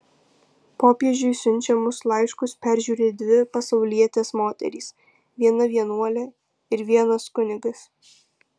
popiežiui siunčiamus laiškus peržiūri dvi pasaulietės moterys viena vienuolė ir vienas kunigas